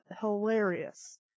hilarious